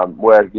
um where,